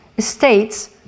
states